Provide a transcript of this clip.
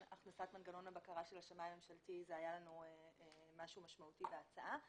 הכנסת מנגנון הבקרה של השמאי הממשלתי היה לנו משהו משמעותי בהצעה.